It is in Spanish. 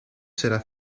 será